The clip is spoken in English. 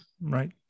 right